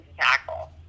tackle